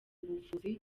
buvuzi